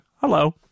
Hello